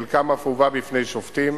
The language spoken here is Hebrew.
חלקם אף הובא בפני שופטים.